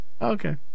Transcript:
Okay